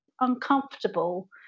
uncomfortable